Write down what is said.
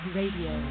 Radio